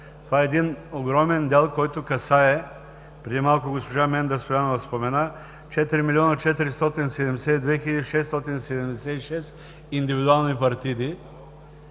Това е един огромен дял, който касае, преди малко госпожа Менда Стоянова спомена – 4 млн. 472 хил. 676 индивидуални партиди,